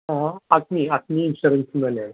അഗ്നീ അഗ്നീ ഇൻഷൊറൻസ്ന്ന് തന്നെയാണ്